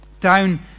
down